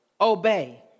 obey